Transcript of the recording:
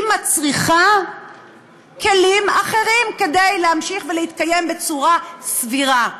היא מצריכה כלים אחרים כדי להמשיך ולהתקיים בצורה סבירה.